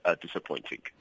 disappointing